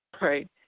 Right